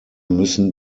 müssen